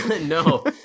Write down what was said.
no